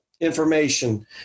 information